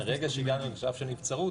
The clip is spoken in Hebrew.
ברגע שהגענו למצב של נבצרות,